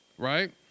right